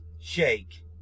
shake